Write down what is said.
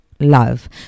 love